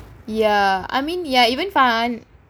ya I mean ya even fahanah